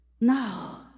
Now